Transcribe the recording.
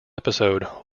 episode